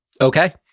Okay